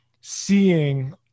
seeing